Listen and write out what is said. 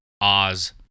Oz